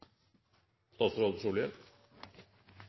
statsråd